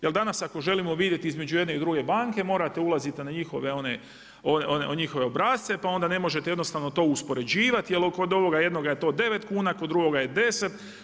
Jer danas, ako želimo vidjeti između jedne i druge banke morate ulaziti na njihove one obrasce, pa onda ne možete jednostavno to uspoređivati, jer kod ovoga jednoga je to 9 kuna, kod drugoga 10.